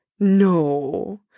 No